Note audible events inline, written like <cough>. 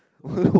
<laughs>